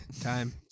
Time